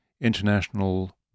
International